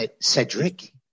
Cedric